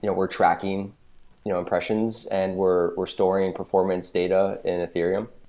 you know we're tracking you know impressions and we're we're storing performance data in ethereum,